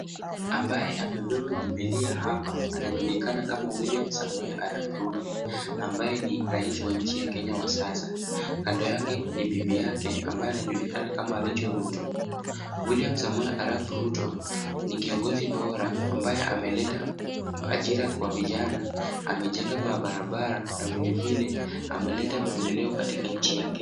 Ambaye amebeba Bibilia hapa anajulikana kama William Samoei Arap Ruto ambaye ni rais wa nchi ya Kenya wa Sasa. Kando yake ni bibi yake ambaye anajulikana kama Rachel Ruto . William Samoei Arap Ruto ni kiongozi Bora ambaye ameleta ajira kwa vijana. Amejenga mabarabara na vilevile ameleta maendeleo kwa nchi ya Kenya.